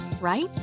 right